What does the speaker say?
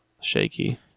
shaky